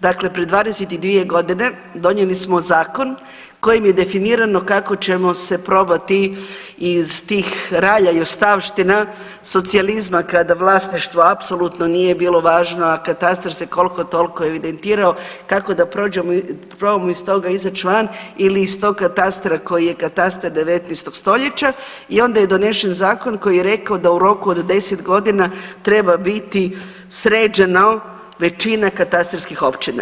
dakle pred 22.g. donijeli smo zakon kojim je definirano kako ćemo se probati iz tih ralja i ostavština socijalizma kada vlasništvo apsolutno nije bilo važno, a katastar se kolko tolko evidentirao kako da prođemo, probamo iz toga izać van ili iz tog katastra koji je katastar 19. stoljeća i onda je donesen zakon koji je rekao da u roku od 10.g. treba biti sređeno većina katastarskih općina.